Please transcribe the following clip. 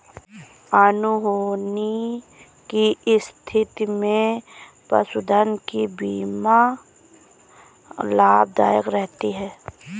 अनहोनी की स्थिति में पशुधन की बीमा लाभदायक रहती है